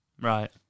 Right